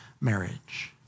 marriage